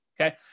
okay